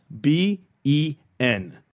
B-E-N